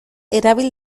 erabil